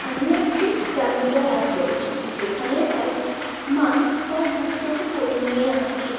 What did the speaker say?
আমি একটি যামিনী রায়ের আর্ট করেছিলাম যেখানে এক মা তার পুত্রকে কোলে নিয়ে আছে